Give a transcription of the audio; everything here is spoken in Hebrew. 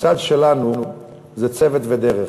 הצד שלנו זה צוות ודרך.